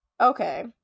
okay